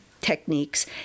techniques